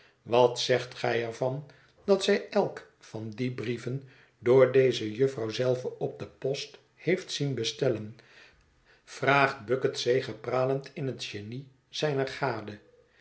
wat zegt gij er van dat zij elk van die brieven door deze jufvrouw zelve op de post heeft zien bestellen vraagt bucket zegepralend in het genie zijner gade